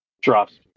drops